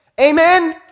Amen